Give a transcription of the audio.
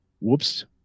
Whoops